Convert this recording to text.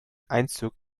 einzug